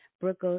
Brooke